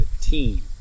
team